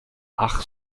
ach